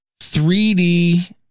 3D